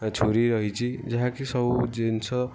ଛୁରୀ ରହିଛି ଯାହା କି ସବୁ ଜିନିଷ